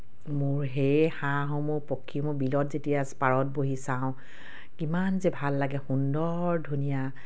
মোৰ সেই হাঁহসমূহ পক্ষীসমূহ মোৰ বিলত যেতিয়া পাৰত বহি চাওঁ কিমান যে ভাল লাগে সুন্দৰ ধুনীয়া